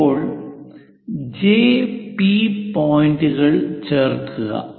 ഇപ്പോൾ J P JP പോയിന്ററുകൾ ചേർക്കുക